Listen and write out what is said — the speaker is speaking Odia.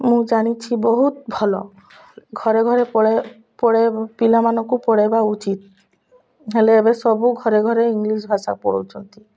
ମୁଁ ଜାଣିଛି ବହୁତ ଭଲ ଘରେ ଘରେ ପିଲାମାନଙ୍କୁ ପଢ଼ାଇବା ଉଚିତ ହେଲେ ଏବେ ସବୁ ଘରେ ଘରେ ଇଂଲିଶ ଭାଷା ପଢ଼ାଉଛନ୍ତି